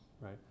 right